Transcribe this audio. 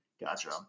gotcha